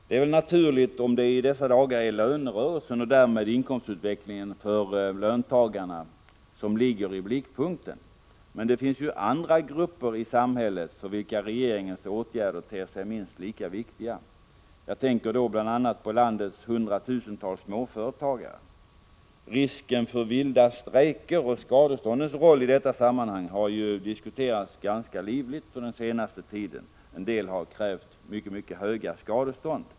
Det är väl naturligt om det i dessa dagar är lönerörelsen och därmed inkomstutvecklingen för löntagarna som ligger i blickpunkten. Men det finns ju andra grupper i samhället för vilka regeringens åtgärder ter sig minst lika viktiga. Jag tänker då bl.a. på landets hundratusentals småföretagare. Risken för vilda strejker och skadeståndens roll i detta sammanhang har ju diskuterats ganska livligt den senaste tiden. En del har krävt mycket höga skadestånd.